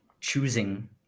choosing